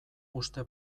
uste